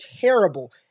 terrible